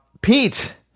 pete